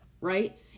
right